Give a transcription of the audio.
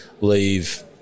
leave